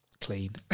clean